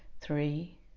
three